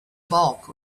bulk